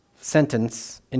sentence